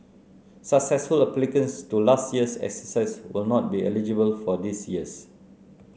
successful applicants to last year's exercise will not be eligible for this year's